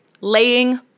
laying